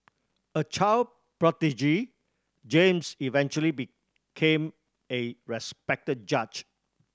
a child prodigy James eventually became a respected judge